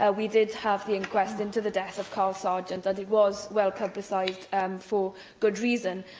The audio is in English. ah we did have the inquest into the death of carl sergeant and it was well publicised and for good reason.